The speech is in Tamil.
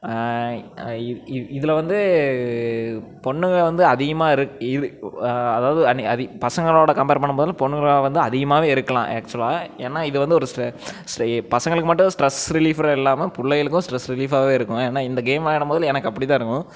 இது இதில் வந்து பொண்ணுங்க வந்து அதிகமாக அதாவது பசங்களோட கம்பேர் பண்ணும் போதுல்லாம் பொண்ணுங்களே வந்து அதிகமாகவே இருக்கலாம் ஆக்சுவலாக ஏன்னா இது வந்து ஒரு பசங்களுக்கும் மட்டும் ஸ்ட்ரெஸ் ரிலிஃபராக இல்லாமல் பிள்ளைகளுக்கும் ஸ்ட்ரெஸ் ரிலிஃபாகவே இருக்கும் ஏன்னா இந்த கேம் விளையாடம்போது எனக்கு அப்படிதான் இருக்கும்